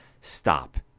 Stop